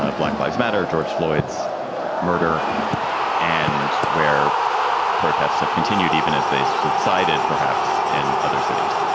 ah black lives matter. george floyds murder and where protests have continued even as they subsided, perhaps in other cities,